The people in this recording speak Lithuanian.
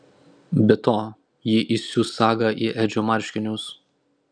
be to ji įsius sagą į edžio marškinius